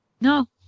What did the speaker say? No